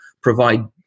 provide